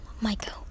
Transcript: Michael